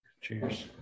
Cheers